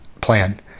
plan